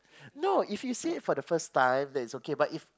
no if you see it for the first time then it's okay but if